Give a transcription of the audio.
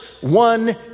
one